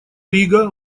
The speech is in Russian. рига